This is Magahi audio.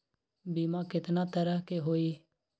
बीमा केतना तरह के होइ?